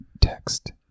text